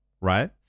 right